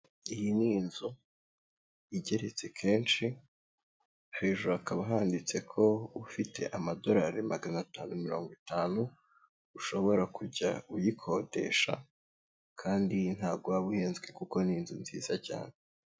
Iyi ni inzu igeretse kenshi, hejuru hakaba handitse ko ufite amadolari magana atanu mirongo itanu, ushobora kujya uyikodesha kandi ntabwo waba uhenzwe kuko ni inzu nziza cyane.